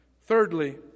Thirdly